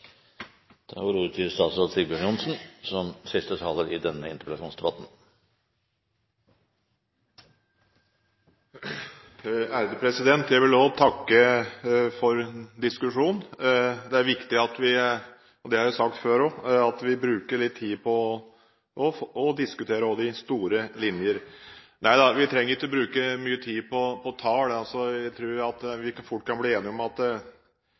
takke for diskusjonen. Det er viktig – og det har jeg sagt før – at vi bruker litt tid på å diskutere de store linjer. Nei, vi trenger ikke bruke mye tid på tall. Jeg tror vi fort kan bli enige om at